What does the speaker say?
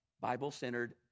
Bible-centered